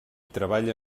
treballa